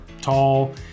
tall